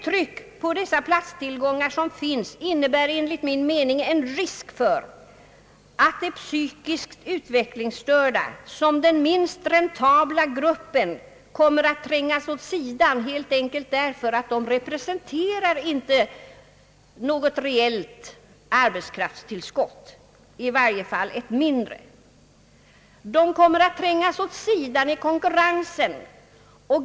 Trycket på dessa platstillgångar innebär enligt min mening en risk för att de psykiskt utvecklingsstörda som den minst räntabla gruppen kommer att trängas åt sidan helt enkelt därför att de inte representerar något reellt arbetskraftstillskott eller ett mindre sådant. De kommer att trängas åt sidan i konkurrensen.